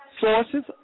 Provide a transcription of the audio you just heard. sources